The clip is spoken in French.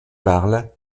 parle